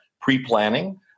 pre-planning